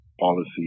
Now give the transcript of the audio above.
policy